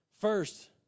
First